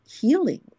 healing